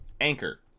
anchor